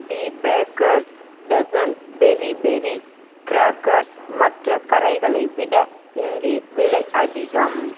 தி Bakers Dozen Berry Berry Crackers மற்ற கரைகளை விட இங்கே விலை அதிகம்